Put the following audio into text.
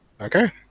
Okay